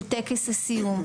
של טקס הסיום,